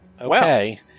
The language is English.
Okay